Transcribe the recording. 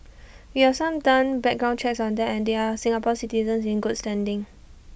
we have some done background checks on them and they are Singapore citizens in good standing